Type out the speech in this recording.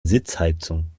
sitzheizung